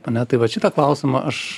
ane tai vat šitą klausimą aš